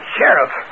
Sheriff